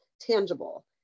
tangible